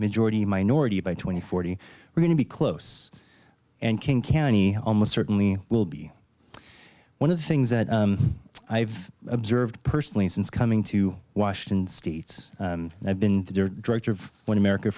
majority minority by twenty forty we're going to be close and king county almost certainly will be one of the things that i've observed personally since coming to washington states i've been the director of one america